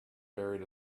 buried